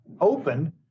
open